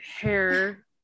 hair